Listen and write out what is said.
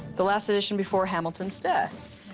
the last edition before hamilton's death.